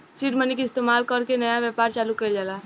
seed money के इस्तमाल कर के नया व्यापार चालू कइल जाला